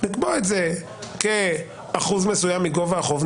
למה לא לקבוע את זה כאחוז מסוים מגובה החוק,